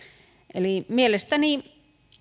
mielestäni